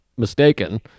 mistaken